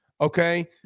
okay